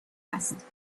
است